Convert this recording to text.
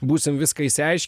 būsim viską išsiaiški